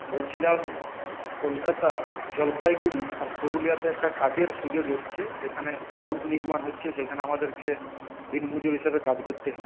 বলছিলাম কলকাতা জলপাইগুড়ি আর পুরুলিয়াতে একটা কাজের সুযোগ এসেছে যেখানে রোড নির্মাণ হচ্ছে সেইখানে আমাদেরকে দিন মজুর হিসেবে কাজ করতে হবে